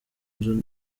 nzu